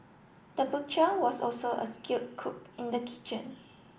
the butcher was also a skilled cook in the kitchen